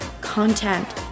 content